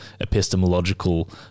epistemological